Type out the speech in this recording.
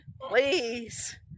please